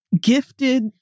gifted